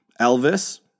Elvis